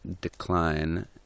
decline